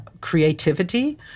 creativity